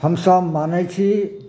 हमसभ मानै छिए